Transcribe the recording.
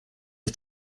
are